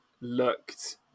looked